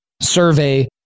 survey